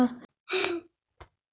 बिमा करैबैय त पैसा मरला के बाद मिलता?